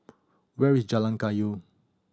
where is Jalan Kayu